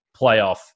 playoff